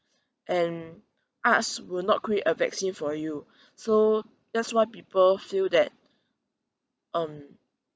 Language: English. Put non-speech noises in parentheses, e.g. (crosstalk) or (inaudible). and arts will not create a vaccine for you (breath) so that's why people feel that um